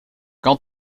quand